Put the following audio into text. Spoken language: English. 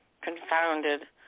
confounded